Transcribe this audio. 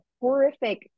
horrific